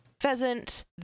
pheasant